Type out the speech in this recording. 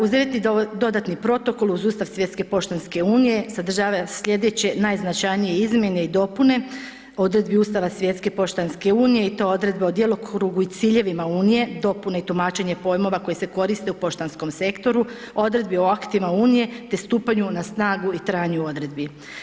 Uz Deveti dodatni protokol uz ustav Svjetske poštanske unije sadržava slijedeće najznačajnije izmjene i dopune odredbi ustava Svjetske poštanske unije i to odredbe o djelokrugu i ciljevima unije, dopune i tumačenje pojmova koji se koriste u poštanskom sektoru, odredbi o aktima unije te stupanju na snagu i trajanju odredbi.